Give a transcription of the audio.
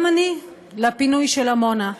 גם אני, לפינוי של עמונה.